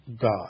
God